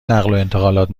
نقلوانتقالات